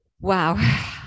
wow